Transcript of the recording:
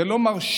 זה לא מרשים.